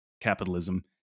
capitalism